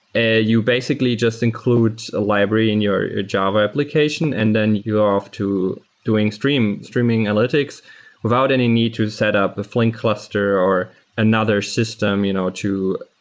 ah you basically just includes a library in your your java application and then you're off to doing streaming streaming analytics without any need to set up the flink cluster or another system you know to